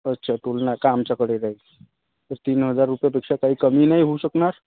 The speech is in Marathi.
अच्छा टोलनाका आमच्याकडे राहील तर तीन हजार रुपयापेक्षा काही कमी नाही होऊ शकणार